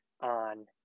on